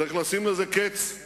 צריך לשים לזה קץ.